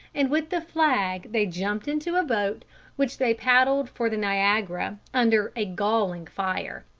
and with the flag they jumped into a boat which they paddled for the niagara under a galling fire.